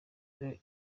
rero